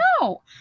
No